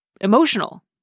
emotional